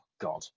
god